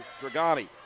Dragani